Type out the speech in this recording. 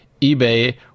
eBay